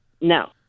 No